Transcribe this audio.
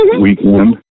weekend